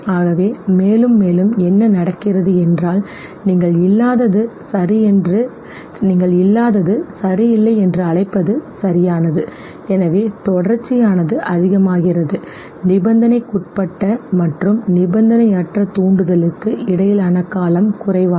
ஆகவே மேலும் மேலும் என்ன நடக்கிறது என்றால் நீங்கள் இல்லாதது சரியில்லை என்று அழைப்பது சரியானது எனவே தொடர்ச்சியானது அதிகமாகிறது நிபந்தனைக்குட்பட்ட மற்றும் நிபந்தனையற்ற தூண்டுதலுக்கு இடையிலான காலம் குறைவானது